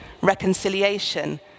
reconciliation